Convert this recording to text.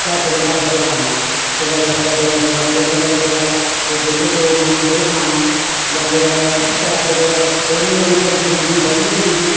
पैदल घर तकर आना कुतै रस्तै कुतै कुसै दे केम्ब लगे दा ओह् केम्ब तोड़ना ओह् खाना जां कुदें पैसे कुतै उनै दिनें पंजी पंजी बड़ी होंदी ही